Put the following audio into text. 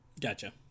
gotcha